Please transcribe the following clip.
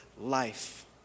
life